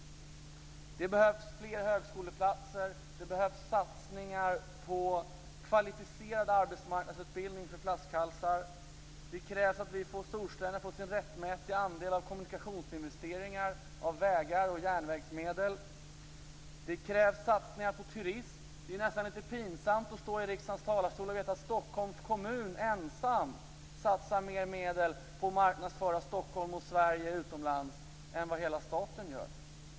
Det behövs fler högskoleplatser. Det behövs satsningar på kvalificerad arbetsmarknadsutbildning i yrken där det finns flaskhalsar. Det krävs att storstäderna får sin rättmätiga andel av kommunikationsinvesteringar, t.ex. vägar och järnvägsmedel. Det krävs satsningar på turism; det är nästan lite pinsamt att stå i riksdagens talarstol och veta att Stockholms kommun ensam satsar mer medel på att marknadsföra Stockholm och Sverige utomlands än vad hela staten gör.